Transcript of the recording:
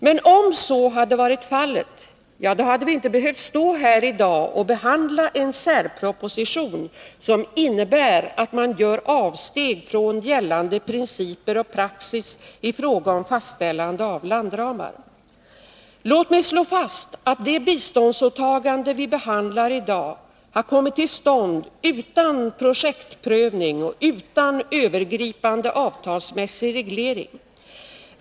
Men om så hade varit fallet — ja, då hade vi inte behövt stå här i dag och behandla en särproposition, som innebär att man gör avsteg från ”gällande principer och praxis i fråga om fastställande av landramar”. Kotmale i Sri Låt mig slå fast att det biståndsåtagande vi behandlar i dag har kommit till Lanka stånd utan projektprövning och utan övergripande avtalsmässig reglering.